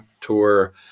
tour